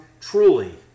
truly